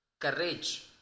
courage